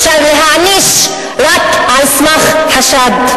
אפשר להעניש רק על סמך חשד,